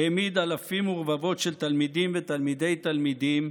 העמיד אלפים ורבבות של תלמידים ותלמידי תלמידים,